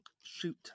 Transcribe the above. shoot